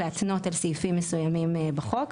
להתנות על סעיפים מסוימים בחוק.